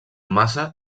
massa